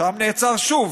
ושם נעצר שוב.